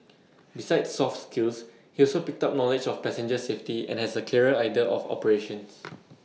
besides soft skills he also picked up knowledge of passenger safety and has A clearer idea of operations